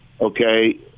okay